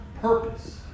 purpose